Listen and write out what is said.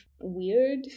weird